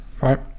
right